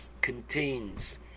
contains